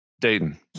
dayton